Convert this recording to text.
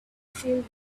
filled